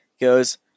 goes